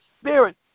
spirit